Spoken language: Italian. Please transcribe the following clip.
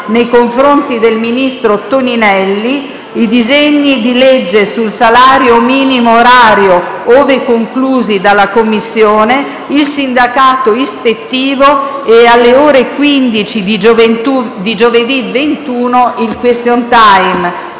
nei confronti del ministro Toninelli, giovedì 21 marzo, i disegni di legge sul salario minimo orario (ove conclusi dalla Commissione), il sindacato ispettivo e - alle ore 15 di giovedì 21 - il *question time*.